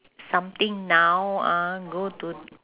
something now uh go to